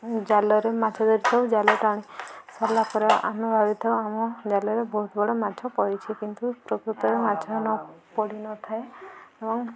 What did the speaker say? ଜାଲରେ ମାଛ ଧରିଥାଉ ଜାଲଟା ଆଣି ସାରିଲା ପରେ ଆମେ ଭାବିଥାଉ ଆମ ଜାଲରେ ବହୁତ ବଡ଼ ମାଛ ପଡ଼ିଛି କିନ୍ତୁ ପ୍ରକୃତରେ ମାଛ ନ ପଡ଼ିନଥାଏ ଏବଂ